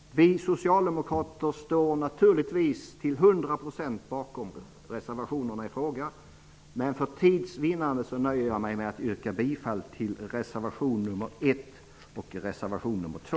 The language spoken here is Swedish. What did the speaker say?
Vi socialdemokrater står naturligtvis till hundra procent bakom våra reservationer, men för tids vinnande nöjer jag mig med att yrka bifall till reservationerna nr 1 och 2.